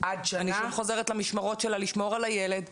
אני שוב חוזרת למשמרות של לשמור על הילד,